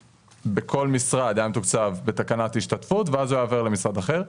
בכל משרד היה מתוקצב בתקנת השתתפות ואז זה היה עובר למשרד אחר.